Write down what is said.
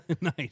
Nice